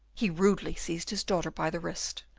he rudely seized his daughter by the wrist.